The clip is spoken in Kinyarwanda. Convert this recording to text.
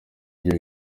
iryo